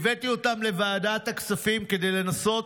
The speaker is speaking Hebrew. הבאתי אותם לוועדת הכספים כדי לנסות